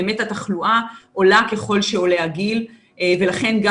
באמת התחלואה עולה ככל שעולה הגיל ולכן גם